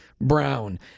brown